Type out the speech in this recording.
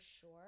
sure